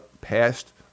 passed